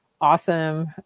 awesome